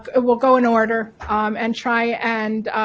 ah we'll go in order um and try and